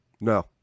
No